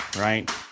right